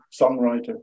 songwriter